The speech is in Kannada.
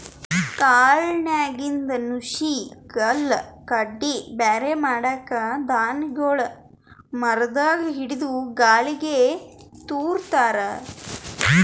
ಕಾಳ್ನಾಗಿಂದ್ ನುಸಿ ಕಲ್ಲ್ ಕಡ್ಡಿ ಬ್ಯಾರೆ ಮಾಡಕ್ಕ್ ಧಾನ್ಯಗೊಳ್ ಮರದಾಗ್ ಹಿಡದು ಗಾಳಿಗ್ ತೂರ ತಾರ್